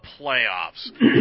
playoffs